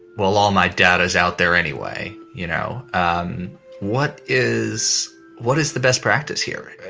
well, all my data is out there anyway, you know, um what is what is the best practice here?